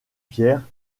pierre